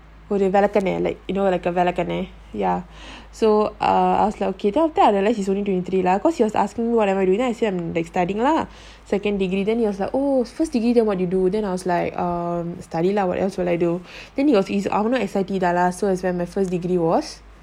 ஒருகாலத்துல:oru kalathula so err I was like okay then after that I realised he's only twenty three lah cause he was asking me what am I doing I say I'm like studying lah second degree then he was like oh first degree then what you do then I was like um study lah what else would I do then he was I wanted S_I_T அவனும்:avanum so that's where my first degree was